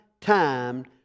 time